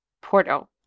Porto